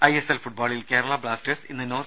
ISL ഫുട്ബോളിൽ Kerala Blasters ഇന്ന് north